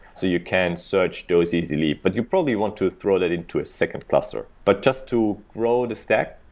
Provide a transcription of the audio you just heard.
so you can search those easily. but you probably want to throw that into a second cluster. but just to grow the stack,